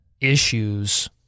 issues